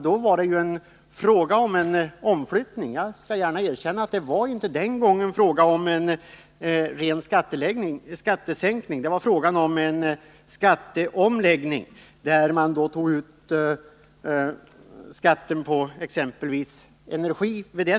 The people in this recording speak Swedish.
Då var det fråga om en omflyttning — jag skall gärna erkänna att det den gången inte var fråga om någon ren skattesänkning utan om en skatteomläggning, där man tog ut skatten på exempelvis energi.